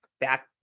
Back